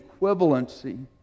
equivalency